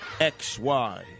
XY